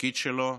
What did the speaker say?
לתפקיד שלו,